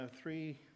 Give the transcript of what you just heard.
three